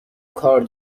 کار